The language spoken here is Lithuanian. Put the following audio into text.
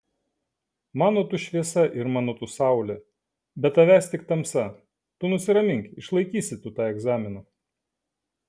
mano tu šviesa ir mano tu saulė be tavęs tik tamsa tu nusiramink išlaikysi tu tą egzaminą